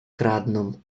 kradną